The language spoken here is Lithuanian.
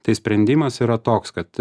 tai sprendimas yra toks kad